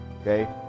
okay